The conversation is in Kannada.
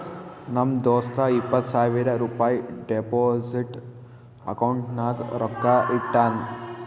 ನಮ್ ದೋಸ್ತ ಇಪ್ಪತ್ ಸಾವಿರ ರುಪಾಯಿ ಡೆಪೋಸಿಟ್ ಅಕೌಂಟ್ನಾಗ್ ರೊಕ್ಕಾ ಇಟ್ಟಾನ್